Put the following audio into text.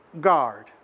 guard